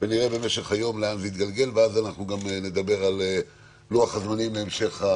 ונראה במשך היום לאן זה יתגלגל ואז גם נדבר על לוח הזמנים להמשך.